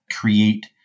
create